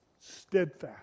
steadfast